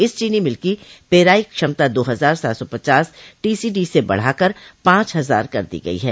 इस चीनी मिल की पेराई क्षमता दो हजार सात सौ पचास टीसीडी से बढ़ाकर पांच हजार कर दी गई है